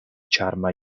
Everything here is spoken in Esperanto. ĉarma